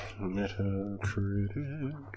Metacritic